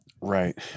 right